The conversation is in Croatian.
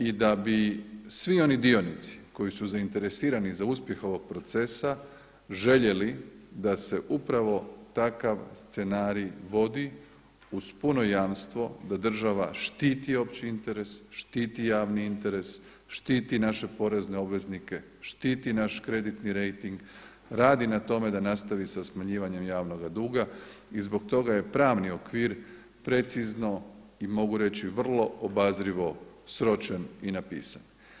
I da bi svi oni dionici koji su zainteresirani za uspjeh ovog procesa željeli da se upravo takav scenarij vodi uz puno jamstvo da država štiti opći interes, štiti javni interes, štiti naše porezne obveznike, štititi naš kreditni rejting, radi na tome da nastavi sa smanjivanjem javnoga duga i zbog toga je pravni okvir precizno i mogu reći vrlo obazrivo sročen i napisan.